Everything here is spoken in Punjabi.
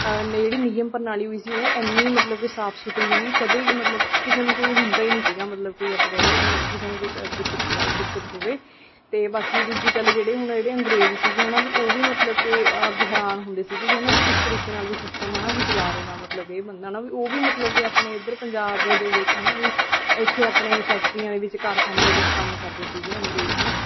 ਨੇ ਜਿਹੜੀ ਨਿਯਮ ਪ੍ਰਣਾਲੀ ਵੀ ਸੀ ਉਹ ਐਨੀ ਮਤਲਬ ਕਿ ਸਾਫ਼ ਸੁਥਰੀ ਸੀਗੀ ਕਦੇ ਮਤਲਬ ਕਿਸੇ ਨੂੰ ਕੋਈ ਹੁੰਦਾ ਹੀ ਨਹੀਂ ਸੀਗਾ ਮਤਲਬ ਕੋਈ ਆਪਾਂ ਕਹਿ ਦੇਈਏ ਵੀ ਉਹ ਕਿਸੇ ਨੂੰ ਕੋਈ ਦਿੱਕਤ ਦਿੱਕਤ ਹੋਵੇ ਅਤੇ ਬਾਕੀ ਦੂਜੀ ਗੱਲ ਜਿਹੜੇ ਹੁਣ ਜਿਹੜੇ ਅੰਗਰੇਜ਼ ਸੀਗੇ ਹੈ ਨਾ ਵੀ ਉਹ ਵੀ ਮਤਲਬ ਕਿ ਵੀ ਹੈਰਾਨ ਹੁੰਦੇ ਸੀਗੇ ਵੀ ਹੈ ਨਾ ਵੀ ਕਿਸ ਤਰੀਕੇ ਨਾਲ ਵੀ ਸਿਸਟਮ ਹੈ ਨਾ ਵੀ ਚਲਾਇਆ ਰਿਹਾ ਮਤਲਬ ਕਿ ਇਹ ਬੰਦਾ ਹੈ ਨਾ ਵੀ ਉਹ ਮਤਲਬ ਕਿ ਆਪਣੇ ਇੱਧਰ ਪੰਜਾਬ ਦੇ ਵਿੱਚ ਹੈ ਨਾ ਵੀ ਇੱਥੇ ਆਪਣੇ ਫੈਕਟਰੀਆਂ ਦੇ ਵਿੱਚ ਕਾਰਖਾਨਿਆਂ ਦੇ ਵਿੱਚ ਕੰਮ ਕਰਦੇ ਸੀਗੇ ਅੰਗਰੇਜ਼ ਹੈ ਨਾ